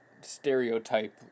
stereotype